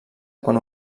quan